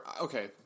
Okay